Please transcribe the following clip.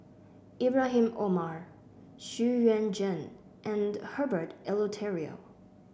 Ibrahim Omar Xu Yuan Zhen and Herbert Eleuterio